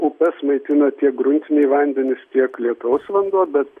upes maitina tiek gruntiniai vandenys tiek lietaus vanduo bet